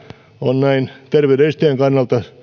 on näin terveyden edistäjän kannalta